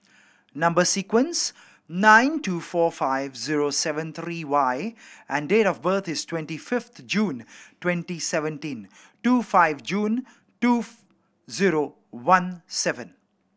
number sequence nine two four five zero seven three Y and date of birth is twenty fifth June twenty seventeen two five June two zero one seven